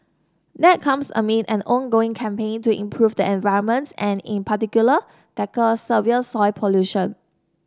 that comes amid an ongoing campaign to improve the environment and in particular tackle severe soil pollution